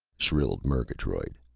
shrilled murgatroyd.